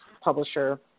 publisher